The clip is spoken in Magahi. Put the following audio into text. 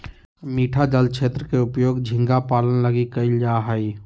मीठा जल क्षेत्र के उपयोग झींगा पालन लगी कइल जा हइ